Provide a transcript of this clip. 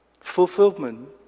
Fulfillment